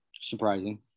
surprising